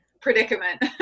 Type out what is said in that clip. predicament